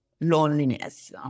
loneliness